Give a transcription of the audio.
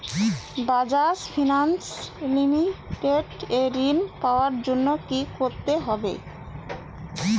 Bajaj Finance Limited এ ঋন পাওয়ার জন্য কি করতে হবে?